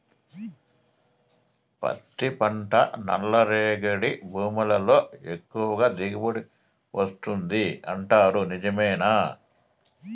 పత్తి పంట నల్లరేగడి భూముల్లో ఎక్కువగా దిగుబడి వస్తుంది అంటారు నిజమేనా